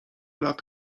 lat